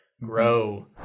grow